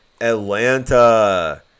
Atlanta